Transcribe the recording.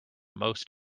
most